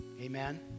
Amen